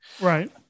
right